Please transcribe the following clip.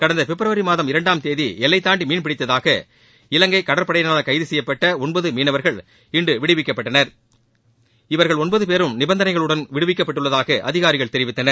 கடந்த பிப்ரவரி மாதம் இரண்டாம் தேதி எல்லைதாண்டி மீன்பிடித்ததாக இலங்கை கடற்படையினரால் கைது செய்யப்பட்ட ஒன்பது மீனவர்கள் இன்று விடுவிக்கப்பட்டனர் இவர்கள் ஒன்பதுபேரும் நிபந்தனைகளுடன் விடுவிக்கப்பட்டுள்ளதாக அதிகாரிகள் தெரிவித்தனர்